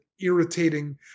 irritating